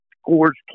scores